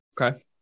okay